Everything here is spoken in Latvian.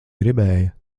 gribēja